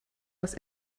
was